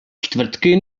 čtvrtky